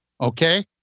okay